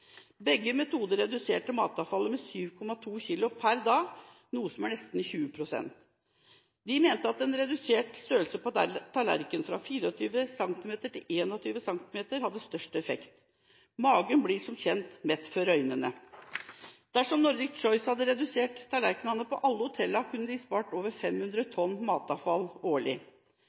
Begge metoder reduserte matavfallet med 7,2 kg per dag, noe som er nesten 20 pst. De mente at en redusert størrelse på tallerkenen, fra 24 cm til 21 cm, hadde størst effekt. Magen blir som kjent mett før øynene. Dersom Nordic Choice hadde redusert tallerkenene på alle hotellene, kunne de spart over 500 tonn matavfall årlig.